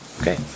Okay